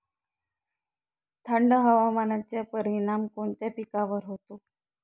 थंड हवामानाचा परिणाम कोणत्या पिकावर होतो?